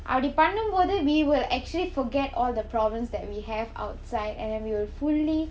அப்டி பண்ணும் போது:apdi pannum pothu we will actually forget all the problems that we have outside and we will fully